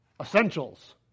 essentials